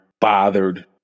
bothered